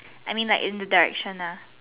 I mean like in the direction lah